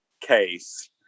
case